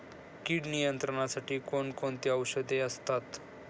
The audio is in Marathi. कीड नियंत्रणासाठी कोण कोणती औषधे असतात?